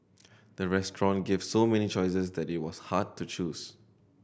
the restaurant gave so many choices that it was hard to choose